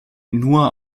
nur